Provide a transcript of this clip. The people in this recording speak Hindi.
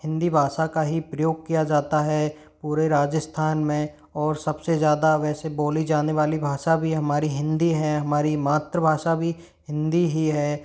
हिंदी भाषा का ही प्रयोग किया जाता है पूरे राजस्थान में और सबसे ज़्यादा वैसे बोली जाने वाली भाषा भी हमारी हिंदी है हमारी मातृभाषा भी हिंदी ही है